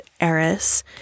Eris